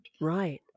Right